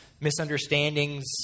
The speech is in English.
misunderstandings